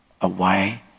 away